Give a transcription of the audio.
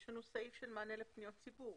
יש לנו סעיף של מענה לפניות ציבור.